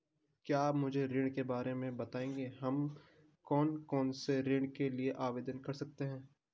क्या आप मुझे ऋण के बारे में बताएँगे हम कौन कौनसे ऋण के लिए आवेदन कर सकते हैं?